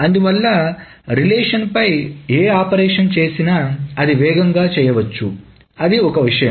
అందువల్ల రిలేషన్ పై ఏ ఆపరేషన్ చేసినా అది వేగంగా చేయవచ్చు అది ఒక విషయం